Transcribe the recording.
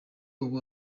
ubu